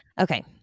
Okay